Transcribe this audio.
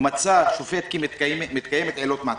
ומצא שופט כי מתקיימת עילה .....,